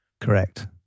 correct